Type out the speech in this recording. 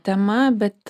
tema bet